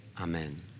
amen